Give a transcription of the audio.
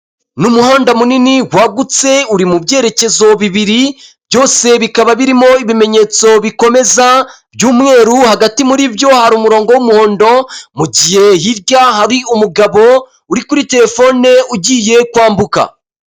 Ni umuhanda munini wagutse uri mu byerekezo bibiri byose bikaba birimo ibimenyetso bikomeza by'umweru, hagati muri byo hari umurongo w'umuhondo mugihe hirya hari umugabo uri kuri telefone ugiye kwambuka.